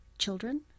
children